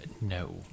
No